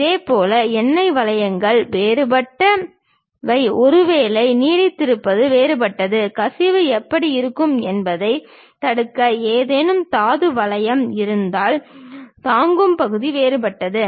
இதேபோல் எண்ணெய் வளையங்கள் வேறுபட்டவை ஒருவேளை நீடித்திருப்பது வேறுபட்டது கசிவு எப்படி இருக்கும் என்பதைத் தடுக்க ஏதேனும் தாது வளையம் இருந்தால் தாங்கும் பகுதி வேறுபட்டது